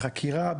בחקירה,